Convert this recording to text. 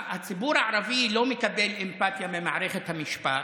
הציבור הערבי לא מקבל אמפתיה ממערכת המשפט.